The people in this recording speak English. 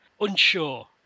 unsure